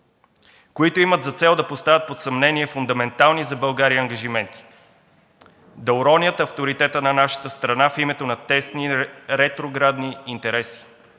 които имат за цел да поставят под съмнение фундаментални за България ангажименти, да уронят авторитета на нашата страна в името на тесни ретроградни интереси